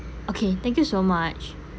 okay thank you so much